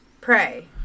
Pray